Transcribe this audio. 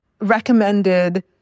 recommended